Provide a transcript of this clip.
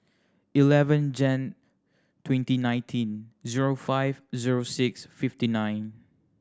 eleven Jan twenty nineteen zero five zero six fifty nine